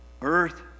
earth